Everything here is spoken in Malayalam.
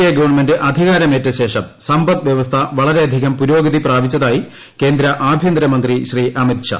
എ ഗവൺമെന്റ് അധികാരമേറ്റശേഷം സമ്പദ്വ്യവസ്ഥ വളരെയ്ക്കുധികം പുരോഗതി പ്രാപിച്ചതായി കേന്ദ്ര ആഭ്യന്ത്രമന്ത്രി ശ്രീ അമിത് ഷാ